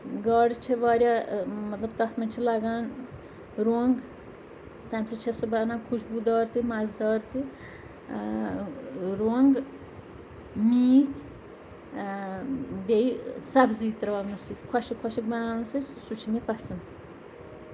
گاڈٕ چھِ واریاہ مطلب تَتھ منٛز چھِ لَگان رونٛگ تَمہِ سۭتۍ چھےٚ سُہ بَنان خوشبوٗ دار تہِ مَزٕ دار تہِ رونٛگ میٖتھۍ بیٚیہِ سَبزی ترٛاونہٕ سۭتۍ خۄشِک خۄشِک بَناونہٕ سۭتۍ سُہ چھُ مےٚ پَسنٛد